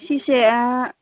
ꯁꯤꯁꯦ ꯑꯥ